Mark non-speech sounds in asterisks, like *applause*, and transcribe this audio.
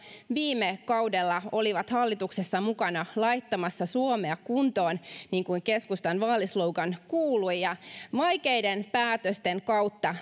viime kaudella olivat hallituksessa mukana laittamassa suomea kuntoon niin kuin keskustan vaalislogan kuului vaikeiden päätösten kautta *unintelligible*